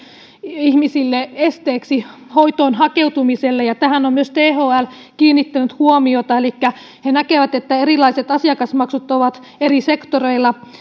ihmisille esteeksi hoitoon hakeutumiselle tähän on myös thl kiinnittänyt huomiota elikkä he näkevät että erilaiset asiakasmaksut ovat eri sektoreilla